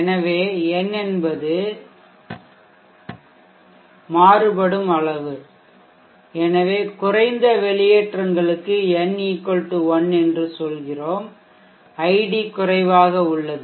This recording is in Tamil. எனவே n என்பது மாறுபடும் அளவு எனவே குறைந்த வெளியேற்றங்களுக்கு n 1 என்று சொல்கிறோம் ஐடி குறைவாக உள்ளது